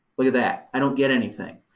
look at that. i don't get anything.